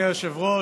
אדוני היושב-ראש,